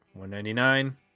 199